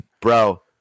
Bro